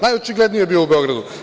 Najočigledniji je bio u Beogradu.